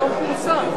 היום פורסם.